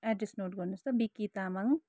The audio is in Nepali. एड्रेस नोट गर्नुहोस् त बिक्की तामाङ